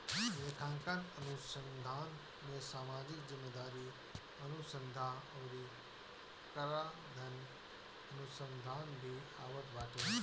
लेखांकन अनुसंधान में सामाजिक जिम्मेदारी अनुसन्धा अउरी कराधान अनुसंधान भी आवत बाटे